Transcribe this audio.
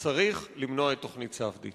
צריך למנוע את תוכנית ספדיה.